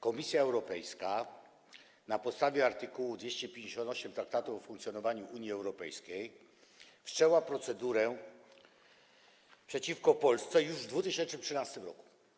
Komisja Europejska na podstawie art. 258 Traktatu o funkcjonowaniu Unii Europejskiej wszczęła procedurę przeciwko Polsce już w 2013 r.